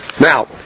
Now